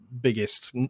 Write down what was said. biggest